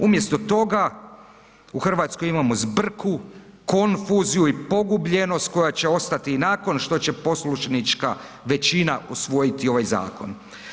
Umjesto toga, u Hrvatskoj imamo zbrku, konfuziju i pogubljenost koja će ostati i nakon što će poslušnička većina usvojiti ovaj zakon.